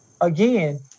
again